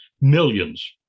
Millions